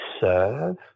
serve